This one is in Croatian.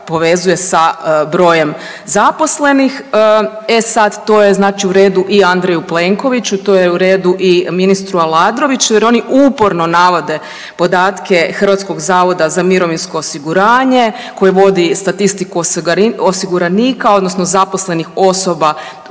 povezuje sa brojem zaposlenih. E sad, to je znači, u redu i Andreju Plenkoviću, to je u redu i ministru Aladroviću jer oni uporno navode podatke HZMO-a koji vodi statistiku osiguranika, odnosno zaposlenih osoba,